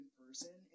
person